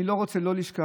אני לא רוצה לא לשכה,